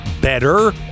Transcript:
better